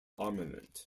armament